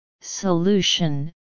Solution